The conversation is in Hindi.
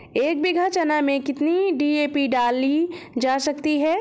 एक बीघा चना में कितनी डी.ए.पी डाली जा सकती है?